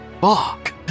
Fuck